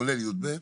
כולל יב',